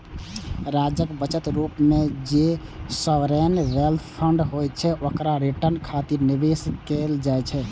राज्यक बचत रूप मे जे सॉवरेन वेल्थ फंड होइ छै, ओकरा रिटर्न खातिर निवेश कैल जाइ छै